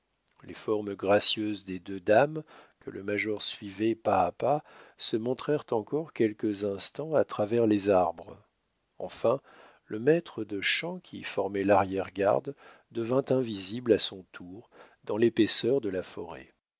les formes gracieuses des deux dames que le major suivait pas à pas se montrèrent encore quelques instants à travers les arbres enfin le maître de chant qui formait l'arrière-garde devint invisible à son tour dans l'épaisseur de la forêt